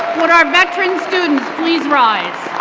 would our veteran students please rise?